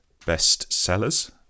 bestsellers